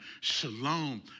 Shalom